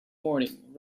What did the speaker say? morning